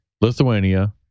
Lithuania